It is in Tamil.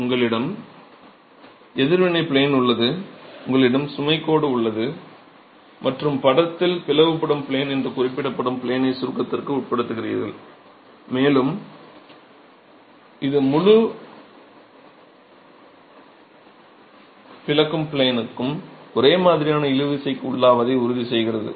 உங்களிடம் எதிர்வினைத் ப்ளேன் உள்ளது உங்களிடம் சுமைக் கோடு உள்ளது மற்றும் படத்தில் பிளவுபடும் ப்ளேன் என்று குறிப்பிடப்படும் ப்ளேனை சுருக்கத்திற்கு உட்படுத்துகிறீர்கள் மேலும் இது முழுப் பிளக்கும் ப்ளேனும் ஒரே மாதிரியான இழுவிசைக்கு உள்ளாவதை உறுதி செய்கிறது